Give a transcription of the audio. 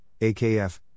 AKF